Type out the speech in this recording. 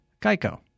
Geico